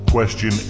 Question